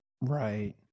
Right